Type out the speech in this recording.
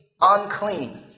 unclean